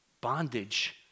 bondage